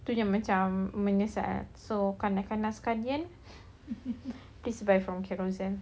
itunya macam menyesal so kadang-kadang kan just buy from carousell